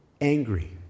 angry